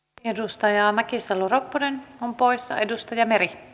edustaja mäkisalo ropponen on poissa edustaja mer i